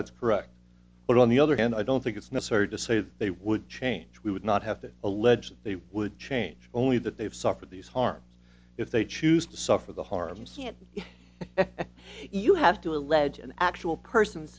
that's correct but on the other hand i don't think it's necessary to say that they would change we would not have to allege that they would change only that they've suffered these harms if they choose to suffer the harm scant if you have to allege an actual person